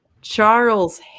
Charles